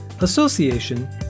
association